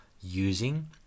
using